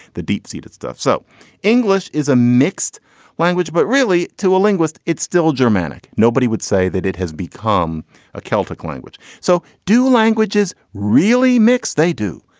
the deep-seeded stuff. so english is a mixed language, but really to a linguist it's still germanic. nobody would say that it has become a celtic language. so do languages really mix? they do.